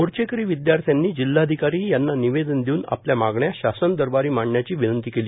मोर्चेकरी विदयार्थ्यांनी जिल्हाधिकारी यांना निवेदन देऊन आपल्या मागण्या शासन दरबारी मांडण्याची विनंती केली